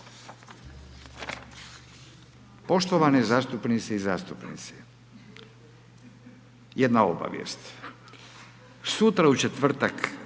Poštovane zastupnici i zastupnice, jedna obavijest, sutra u četvrtak 5.